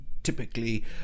typically